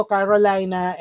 Carolina